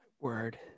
word